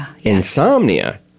insomnia